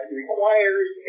requires